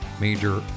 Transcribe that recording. major